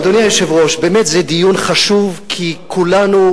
אדוני היושב-ראש, באמת זה דיון חשוב, כי כולנו,